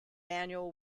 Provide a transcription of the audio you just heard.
manual